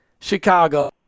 Chicago